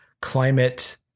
climate